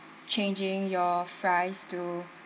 changing your fries to